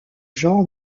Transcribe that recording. genre